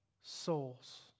souls